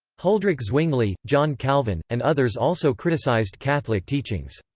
huldrych zwingli, john calvin, and others also criticized catholic teachings.